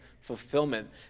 fulfillment